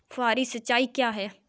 फुहारी सिंचाई क्या है?